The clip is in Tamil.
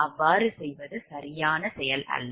அவ்வாறு செய்வது சரியான செயல் அல்ல